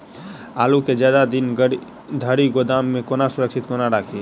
आलु केँ जियादा दिन धरि गोदाम मे कोना सुरक्षित कोना राखि?